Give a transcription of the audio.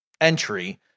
entry